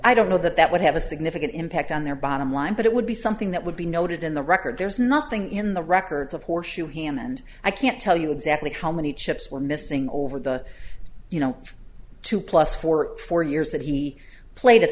i don't know that that would have a significant impact on their bottom line but it would be something that would be noted in the record there is nothing in the records of horseshoe ham and i can't tell you exactly how many chips were missing over the you know two plus for four years that he played at